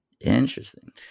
Interesting